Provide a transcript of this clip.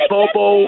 Bobo